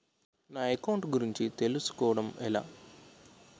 నా అకౌంట్ గురించి తెలుసు కోవడం ఎలా?